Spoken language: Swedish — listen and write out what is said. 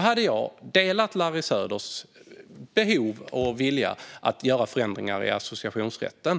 hade jag delat Larry Söders vilja att göra förändringar i associationsrätten.